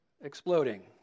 exploding